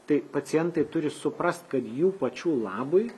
tai pacientai turi suprast kad jų pačių labui